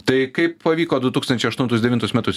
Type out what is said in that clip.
tai kaip pavyko du tūkstančiai aštuntus devintus metus